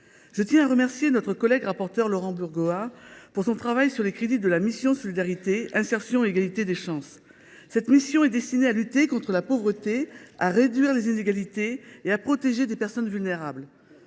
Je tiens à remercier notre collègue rapporteur pour avis Laurent Burgoa pour son travail sur les crédits de la mission « Solidarité, insertion et égalité des chances ». Cette mission est destinée à lutter contre la pauvreté, à réduire les inégalités et à protéger les personnes vulnérables.